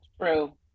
True